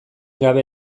gabe